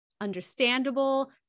understandable